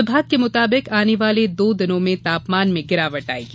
विभाग के मुताबिक आने वाले दो दिनों में तापमान में गिरावट आयेगी